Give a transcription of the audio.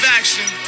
action